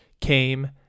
came